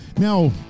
Now